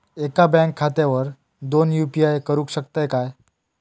एका बँक खात्यावर दोन यू.पी.आय करुक शकतय काय?